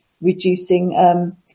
reducing